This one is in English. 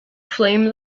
flame